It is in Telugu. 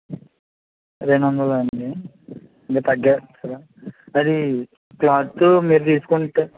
రెండు వందలా అండి ఇంక తగ్గించరా అదీ క్లాతు మీరు తీసుకుంటా